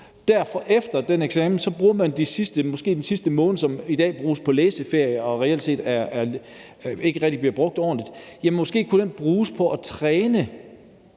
Efter den eksamen kunne man måske så bruge den sidste måned, som i dag bruges på læseferie, og som reelt set ikke rigtig bliver brugt ordentligt, på at træne